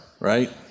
right